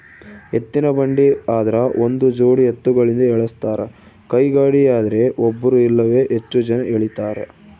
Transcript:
ಎತ್ತಿನಬಂಡಿ ಆದ್ರ ಒಂದುಜೋಡಿ ಎತ್ತುಗಳಿಂದ ಎಳಸ್ತಾರ ಕೈಗಾಡಿಯದ್ರೆ ಒಬ್ರು ಇಲ್ಲವೇ ಹೆಚ್ಚು ಜನ ಎಳೀತಾರ